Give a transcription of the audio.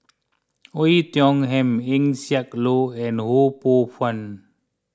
Oei Tiong Ham Eng Siak Loy and Ho Poh Fun